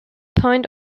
point